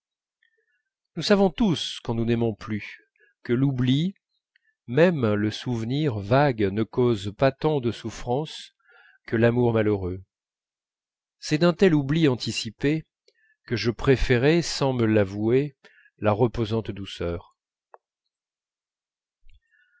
nous savons tous quand nous n'aimons plus que l'oubli même le souvenir vague ne causent pas tant de souffrances que l'amour malheureux c'est d'un tel oubli anticipé que je préférais sans me l'avouer la reposante douceur